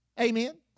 Amen